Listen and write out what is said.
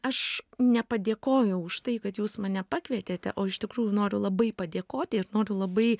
aš nepadėkojau už tai kad jūs mane pakvietėte o iš tikrųjų noriu labai padėkoti ir noriu labai